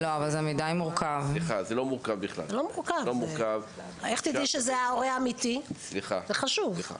איך תדעי שזה ההורה האמיתי, זה חשוב.